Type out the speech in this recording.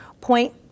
point